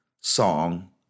song